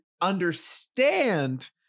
understand